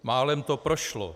Málem to prošlo.